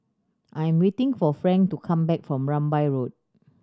I am waiting for Frank to come back from Rambai Road